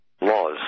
laws